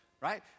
Right